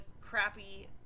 crappy